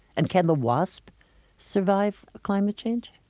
and can the wasp survive a climate change?